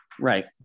Right